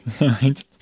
right